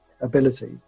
ability